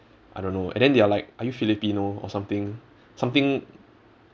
I don't know and then they are like are you filipino or something something